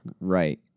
Right